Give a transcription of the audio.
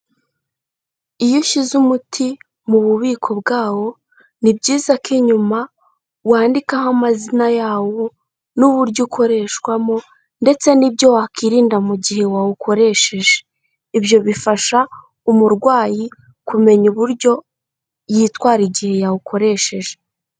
Iyo ushyize umuti mu bubiko bwawo ni byiza ko inyuma wandikaho amazina yawo n'uburyo ukoreshwamo ndetse n'ibyo wakirinda mu gihe wawukoresheje, ibyo bifasha umurwayi kumenya uburyo yitwara igihe yawukoresheje.